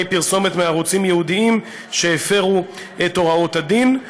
פרסומת מערוצים ייעודיים שהפרו את הוראות הדין.